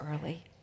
early